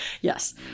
yes